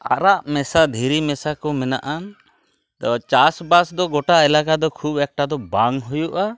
ᱟᱨᱟᱜ ᱢᱮᱥᱟ ᱫᱷᱤᱨᱤ ᱢᱮᱥᱟ ᱠᱚ ᱢᱮᱱᱟᱜᱼᱟ ᱪᱟᱥᱵᱟᱥ ᱫᱚ ᱜᱚᱴᱟ ᱮᱞᱟᱠᱟ ᱫᱚ ᱠᱷᱩᱵ ᱮᱠᱴᱟᱫᱚ ᱵᱟᱝ ᱦᱩᱭᱩᱜᱼᱟ